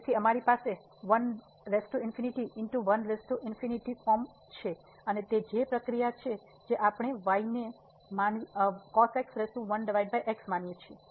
તેથી અમારી પાસે ફોર્મ છે અને તે જ પ્રક્રિયા છે જે આપણે y ને માનીએ છીએ